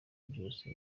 byose